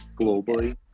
globally